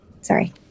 sorry